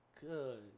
Good